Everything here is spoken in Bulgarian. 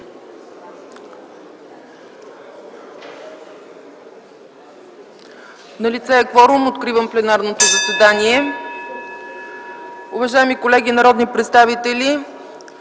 кворум. Откривам пленарното заседание. Уважаеми колеги народни представители,